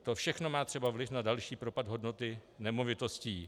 To všechno má vliv třeba na další propad hodnoty nemovitostí.